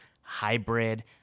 hybrid